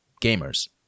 gamers